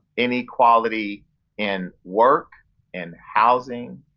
inequality in work and housing,